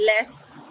less